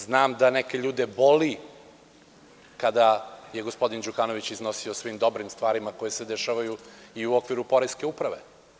Znam da neke ljude boli kada je gospodin Đukanović iznosio o svim dobrim stvarima koje se dešavaju i u okviru poreske uprave.